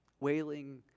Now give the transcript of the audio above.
wailing